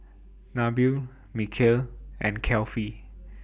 Nabil Mikhail and Kefli